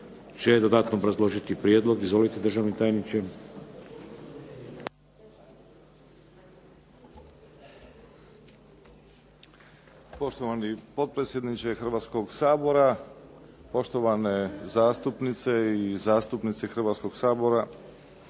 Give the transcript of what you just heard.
će dodatno obrazložiti prijedlog. Izvolite, državni tajniče. **Božanić, Tonči** Poštovani potpredsjedniče Hrvatskog sabora, poštovane zastupnice i zastupnici Hrvatskog sabora.